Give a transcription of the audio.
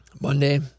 Monday